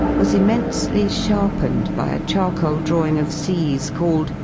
was immensely sharpened by a charcoal drawing of c s called,